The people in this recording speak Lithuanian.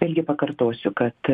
irgi pakartosiu kad